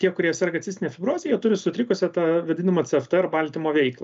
tie kurie serga cistine fibroze jie turi sutrikusią tą vadinamą cftr baltymo veiklą